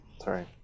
Sorry